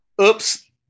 oops